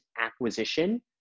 acquisition